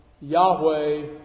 Yahweh